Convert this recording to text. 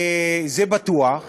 זה בטוח.